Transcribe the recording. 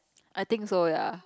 I think so ya